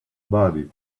body